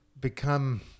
become